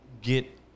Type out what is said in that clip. get